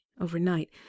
overnight